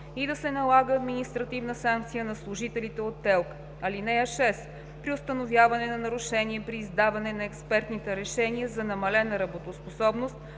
и да се налага административна санкция на служителите от ТЕЛК. (6) При установяване на нарушение при издаване на експертните решения за намалена работоспособност